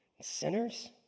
Sinners